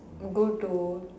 go to